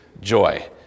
joy